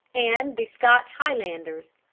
and the scotch highlanders.